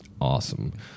awesome